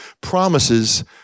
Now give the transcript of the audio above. promises